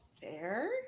fair